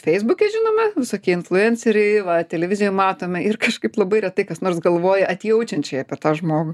feisbuke žinoma visokie influenceriai va televizijoj matome ir kažkaip labai retai kas nors galvoja atjaučiančiai apie tą žmogų